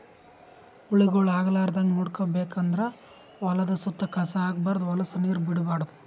ಹುಳಗೊಳ್ ಆಗಲಾರದಂಗ್ ನೋಡ್ಕೋಬೇಕ್ ಅಂದ್ರ ಹೊಲದ್ದ್ ಸುತ್ತ ಕಸ ಹಾಕ್ಬಾರ್ದ್ ಹೊಲಸ್ ನೀರ್ ಬಿಡ್ಬಾರ್ದ್